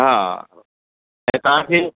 हा ऐं तव्हांखे